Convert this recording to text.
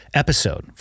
episode